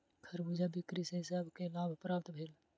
खरबूजा बिक्री सॅ सभ के लाभ प्राप्त भेल